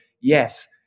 yes